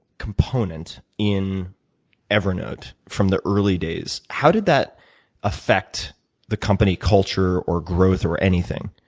component in evernote from the early days, how did that affect the company culture or growth or anything?